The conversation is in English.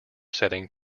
setting